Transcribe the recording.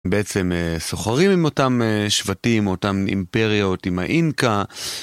בעצם סוחרים עם אותם שבטים, אותם אימפריות, עם האינקה.